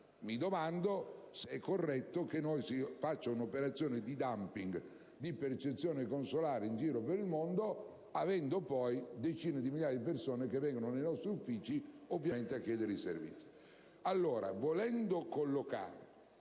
Mi domando se sia corretto che facciamo un'operazione di *dumping* di percezione consolare in giro per il mondo avendo poi decine di migliaia di persone che vengono nei nostri uffici a chiedere i servizi.